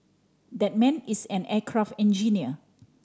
that man is an aircraft engineer